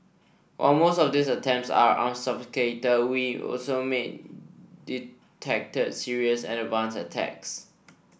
while most of these attempts are unsophisticated we also made detected serious and advanced attacks